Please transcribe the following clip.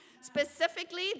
specifically